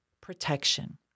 protection